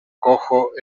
cojo